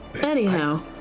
Anyhow